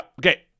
Okay